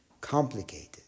complicated